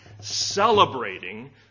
celebrating